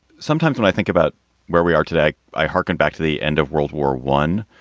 sometimes when i think about where we are today, i hearken back to the end of world war one,